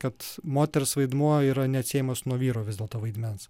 kad moters vaidmuo yra neatsiejamas nuo vyro vis dėlto vaidmens